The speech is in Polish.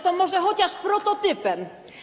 To może chociaż prototypem.